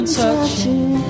touching